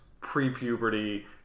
pre-puberty